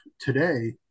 today